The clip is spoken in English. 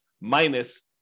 minus